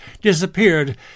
disappeared